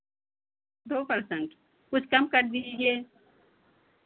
दो परसेंट कुछ कम कर दीजिए